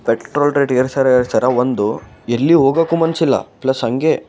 petrol rate ಏರ್ಸ್ಯಾರೆ ಏರ್ಸ್ಯಾರೆ ಒಂದು ಎಲ್ಲಿ ಹೋಗಕ್ಕೂ ಮನಸ್ಸಿಲ್ಲ ಪ್ಲಸ್ ಹಾಗೆ